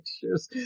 pictures